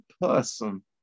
person